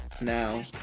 now